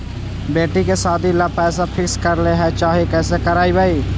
बेटि के सादी ल पैसा फिक्स करे ल चाह ही कैसे करबइ?